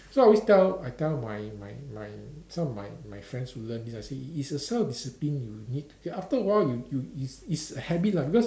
so I always tell I tell my my my some of my my friends who learn this I say it's a self discipline you need after a while you you it's it's habit lah because